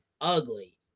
ugly